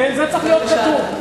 זה צריך להיות כתוב.